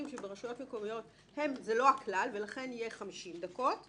שברשויות מקומיות זה לא הכלל ולכן יהיה 50 דקות או